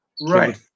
Right